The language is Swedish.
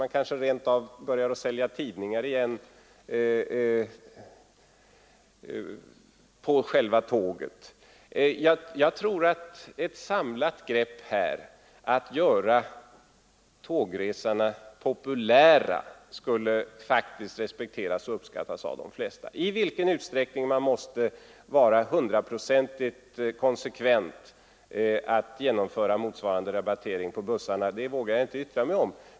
Man kanske rent av börjar sälja tidningar igen på själva tåget. Jag tror att ett samlat grepp att göra tågresorna populära skulle respekteras och uppskattas av de flesta. I vilken utsträckning man måste vara hundraprocentigt konsekvent när det gäller att genomföra motsvarande rabattering på bussarna vågar jag inte yttra mig om.